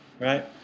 right